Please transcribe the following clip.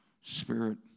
spirit